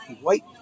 white